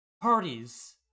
parties